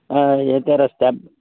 हय हे त्या रस्त्या